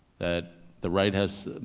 that the right has,